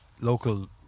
local